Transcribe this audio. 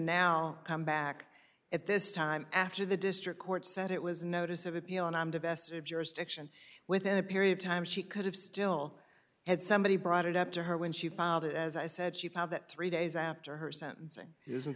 now come back at this time after the district court said it was a notice of appeal and i'm the best jurisdiction within a period time she could have still had somebody brought it up to her when she filed it as i said she found that three days after her sentencing isn't